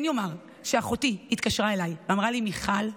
כן אומר שאחותי התקשרה אליי ואמרה לי: מיכל,